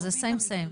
זה same same.